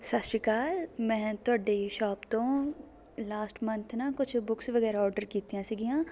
ਸਤਿ ਸ਼੍ਰੀ ਅਕਾਲ ਮੈਂ ਤੁਹਾਡੀ ਸ਼ੋਪ ਤੋਂ ਲਾਸਟ ਮੰਥ ਨਾ ਕੁਝ ਬੁੱਕਸ ਵਗੈਰਾ ਔਡਰ ਕੀਤੀਆਂ ਸੀਗੀਆਂ